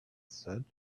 said